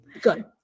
Good